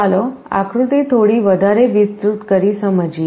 ચાલો આકૃતિ થોડી વધારે વિસ્તૃત કરી સમજીએ